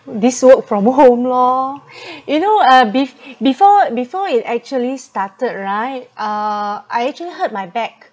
this work from home lor you know uh bef~ before before it actually started right uh I actually hurt my back